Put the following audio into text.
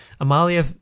Amalia